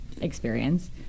experience